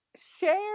Share